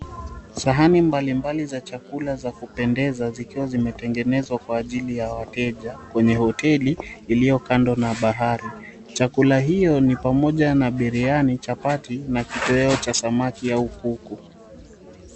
Sahani mbalimbali za chakula za kupendeza zikiwa zimetengenezwa kwa ajili ya wateja kwenye hoteli iliyo kando na bahari. Chakula hiyo ni pamoja na biriani, chapati na kitoweo cha samaki au kuku.